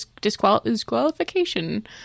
disqualification